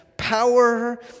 power